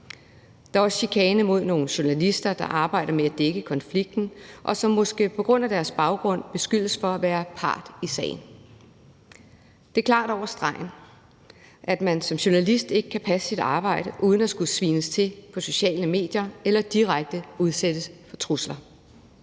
Der er også chikane mod nogle journalister, der arbejder med at dække konflikten, og som måske på grund af deres baggrund beskyldes for at være part i sagen. Det er klart over stregen, at man som journalist ikke kan passe sit arbejde uden at skulle svines til på sociale medier eller direkte udsætte for trusler.